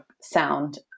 sound